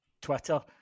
Twitter